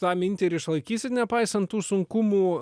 tą mintį ir išlaikysit nepaisant tų sunkumų